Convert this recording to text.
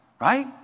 Right